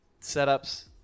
setups